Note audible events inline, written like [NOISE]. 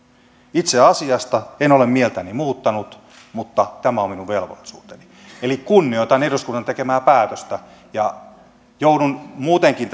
itse asiasta en ole mieltäni muuttanut mutta tämä on minun velvollisuuteni eli kunnioitan eduskunnan tekemää päätöstä joudun muutenkin [UNINTELLIGIBLE]